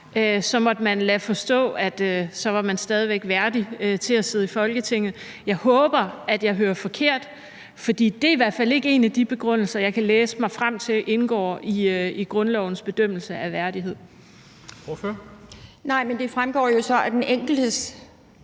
måtte man lade forstå, at så var hun stadig væk værdig til at sidde i Folketinget. Jeg håber, at jeg hørte forkert, for det er i hvert fald ikke en af de begrundelser, jeg kan læse mig frem til indgår i grundlovens bedømmelse af værdighed. Kl. 16:39 Formanden (Henrik